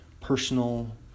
personal